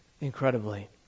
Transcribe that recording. incredibly